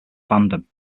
fandom